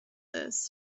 this